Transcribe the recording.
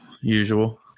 usual